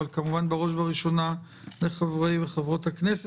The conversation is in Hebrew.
כמובן בראש ובראשונה של חברי וחברות הכנסת,